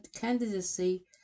candidacy